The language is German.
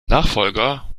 nachfolger